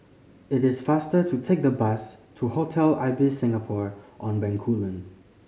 it is faster to take the bus to Hotel Ibis Singapore On Bencoolen